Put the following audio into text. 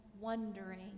wondering